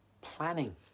planning